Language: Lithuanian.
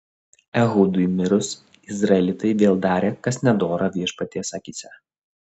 ehudui mirus izraelitai vėl darė kas nedora viešpaties akyse